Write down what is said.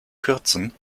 kürzen